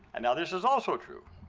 and now this is also true.